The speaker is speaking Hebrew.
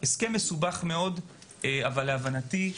זה הסכם מסובך מאוד אבל להבנתי,